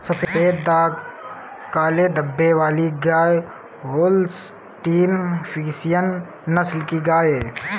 सफेद दाग काले धब्बे वाली गाय होल्सटीन फ्रिसियन नस्ल की गाय हैं